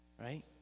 right